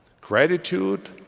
Gratitude